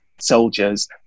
soldiers